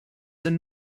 and